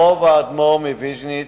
ברחוב האדמור מוויז'ניץ,